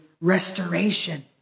restoration